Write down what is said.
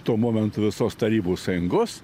tuo momentu visos tarybų sąjungos